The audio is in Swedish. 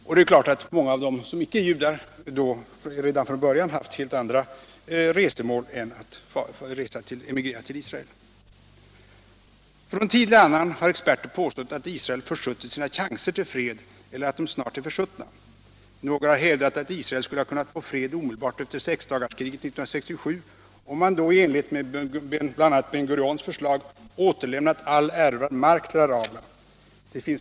Och det är klart att många icke judar då från början har haft helt andra resplaner än att emigrera till Israel. Från tid till annan har experter påstått att Israel försuttit sina chanser till fred, eller att de snart är försuttna. Några har hävdat att Israel skulle ha kunnat få fred omedelbart efter sexdagarskriget 1967, om man då i enlighet med Ben Gurions förslag hade återlämnat all erövrad mark till araberna.